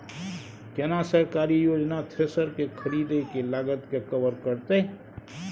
केना सरकारी योजना थ्रेसर के खरीदय के लागत के कवर करतय?